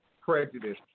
prejudice